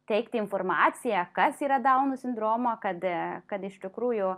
teikti informaciją kas yra dauno sindromą kad kad iš tikrųjų